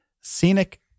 scenic